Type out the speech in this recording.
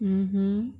mmhmm